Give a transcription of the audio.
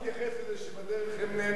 שלמה, תתייחס לזה שבדרך הם נאנסים,